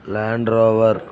Land Rover